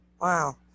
Wow